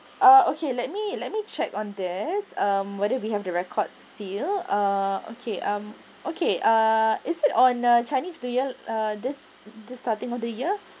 uh okay let me let me check on this um whether we have the record still uh okay um okay uh is it on a chinese new year uh this this starting of the year